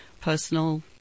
personal